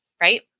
right